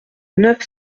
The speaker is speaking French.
neuf